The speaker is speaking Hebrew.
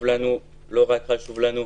לא רק חשוב לנו,